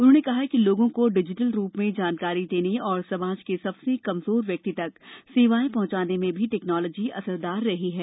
उन्होंने कहा कि लोगों को डिजिटल रूप में जानकारी देने और समाज के सबसे कमजोर व्यक्ति तक सेवाएं पहुंचाने में भी टैक्नोलोजी असरदार रही है